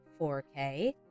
4K